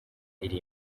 iri